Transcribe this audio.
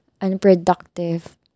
unproductive